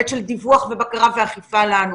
בהיבט של דיווח ובקרה ואכיפה לנו.